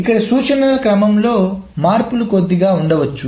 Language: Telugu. ఇక్కడ సూచనల క్రమంలో మార్పులు కొద్దిగా ఉండవచ్చు